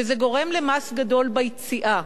וזה גורם למס גדול ביציאה,